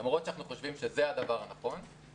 למרות שאנחנו חושבים שזה הדבר הנכון,